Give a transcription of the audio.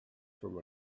from